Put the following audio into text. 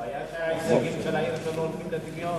הבעיה שההישגים של העיר הזאת הלוא הולכים לטמיון